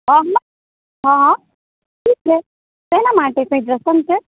હા હા ઠીક છે શેનાં માટે કંઈ પ્રસંગ છે